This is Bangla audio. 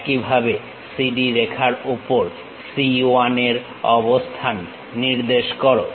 একইভাবে CD রেখার উপর C1 এর অবস্থান নির্দেশ করো